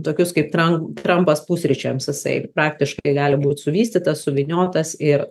tokius kaip tran trampas pusryčiams jisai praktiškai gali būt suvystytas suvyniotas ir